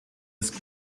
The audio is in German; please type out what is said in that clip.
ist